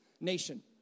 nation